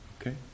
Okay